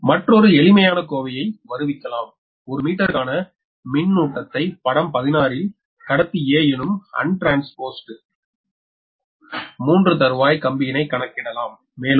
மற்றும் மற்றறொரு எளிமையான கோவையை வருவிக்கலாம் ஒரு மீட்டருக்கான மின்னூட்டத்தை படம் 16 ல் கடத்தி a எனும் அன் ட்ரான்ஸ்போஸ்ட் 3 தருவாய் கம்பியினை கணக்கிடலாம்